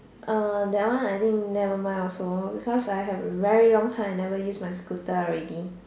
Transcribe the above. uh that one I think nevermind also because I have very long time I never use my scooter already